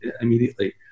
immediately